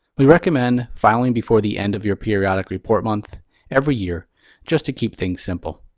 we recommend filing before the end of your periodic report month every year just to keep things simple.